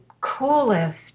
coolest